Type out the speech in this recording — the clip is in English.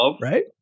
Right